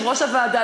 כיושב-ראש הוועדה,